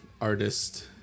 artist